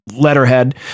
letterhead